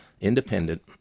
independent